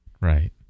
Right